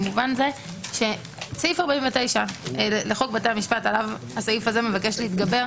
במובן זה שסעיף 49 לחוק בתי המשפט עליו הסעיף הזה מבקש להתגבר,